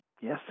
Yes